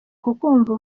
kukumva